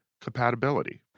compatibility